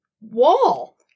wall